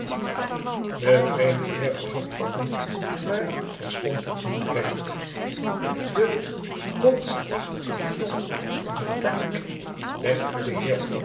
de vreemde heer verzocht pardon maar verstond het niet recht de constitution britannique legde de